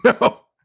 no